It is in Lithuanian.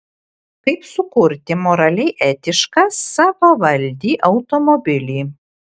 kaip sukurti moraliai etišką savavaldį automobilį